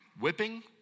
Whipping